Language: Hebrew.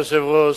אדוני היושב-ראש,